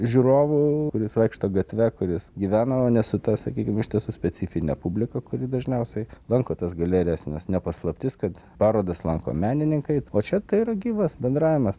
žiūrovu kuris vaikšto gatve kuris gyvena o ne su ta sakykim iš tiesų specifine publika kuri dažniausiai lanko tas galerijas nes ne paslaptis kad parodas lanko menininkai o čia tai yra gyvas bendravimas